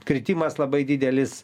kritimas labai didelis